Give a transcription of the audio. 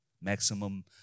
maximum